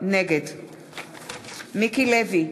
נגד מיקי לוי,